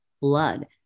blood